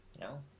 No